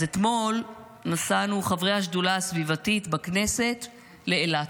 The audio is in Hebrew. אז אתמול נסענו חברי השדולה הסביבתית בכנסת לאילת.